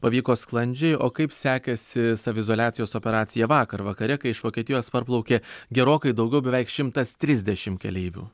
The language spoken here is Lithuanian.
pavyko sklandžiai o kaip sekėsi saviizoliacijos operacija vakar vakare kai iš vokietijos parplaukė gerokai daugiau beveik šimtas trisdešimt keleivių